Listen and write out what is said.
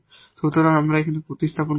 সুতরাং আমরা এখানে এটি প্রতিস্থাপন করব